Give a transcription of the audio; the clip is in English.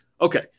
Okay